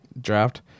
draft